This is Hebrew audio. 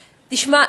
תשמע,